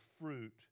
fruit